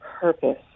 purpose